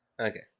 okay